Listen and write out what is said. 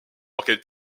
était